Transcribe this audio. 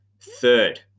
Third